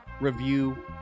review